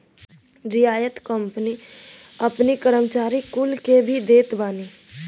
रियायती ऋण कंपनी अपनी कर्मचारीन कुल के भी देत बानी